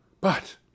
But